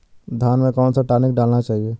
धान में कौन सा टॉनिक डालना चाहिए?